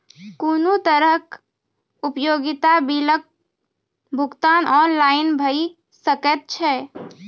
कुनू तरहक उपयोगिता बिलक भुगतान ऑनलाइन भऽ सकैत छै?